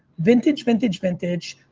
vintage vintage, vintage,